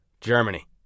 Germany